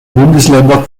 bundesländer